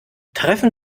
treffen